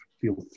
feel